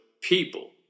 people